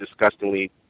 disgustingly